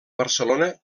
barcelona